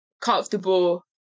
comfortable